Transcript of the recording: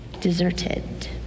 deserted